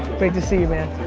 great to see you, man.